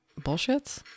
bullshits